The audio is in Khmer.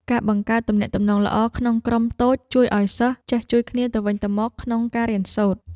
ការបង្កើតទំនាក់ទំនងល្អក្នុងក្រុមតូចជួយឱ្យសិស្សចេះជួយគ្នាទៅវិញទៅមកក្នុងការរៀនសូត្រ។